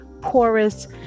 porous